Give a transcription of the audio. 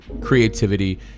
creativity